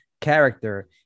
character